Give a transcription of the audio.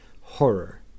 horror